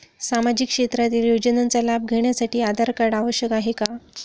सामाजिक क्षेत्रातील योजनांचा लाभ घेण्यासाठी आधार कार्ड आवश्यक आहे का?